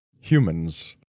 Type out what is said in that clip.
Humans